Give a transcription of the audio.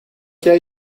jij